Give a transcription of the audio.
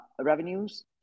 revenues